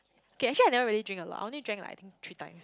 okay actually I never really drink a lot I only drank like three times